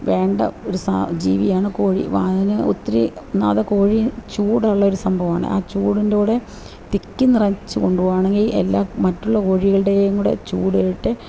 വേണ്ട ഒരു സാ ജീവിയാണ് കോഴി വായിന് ഒത്തിരി നാൾ കോഴി ചൂടുള്ള ഒരു സംഭവമാണ് ആ ചൂടിൻ്റെ കൂടെ തിക്കി നിറച്ചു കൊണ്ടു പോകുകയാണെങ്കിൽ എല്ലാ മറ്റുള്ള കോഴികളുടെയും കൂടെ ചൂടേറ്റ്